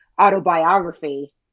autobiography